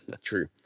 True